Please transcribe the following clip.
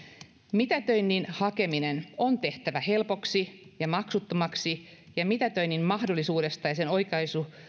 mitätöinnin hakeminen on tehtävä helpoksi ja maksuttomaksi ja mitätöinnin mahdollisuudesta ja sen